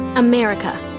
America